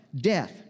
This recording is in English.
Death